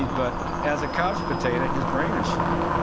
but as a couch potato, his brain has shrunk.